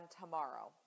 tomorrow